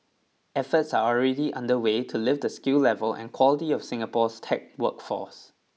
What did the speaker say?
efforts are already underway to lift the skill level and quality of Singapore's tech workforce